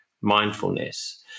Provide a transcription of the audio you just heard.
mindfulness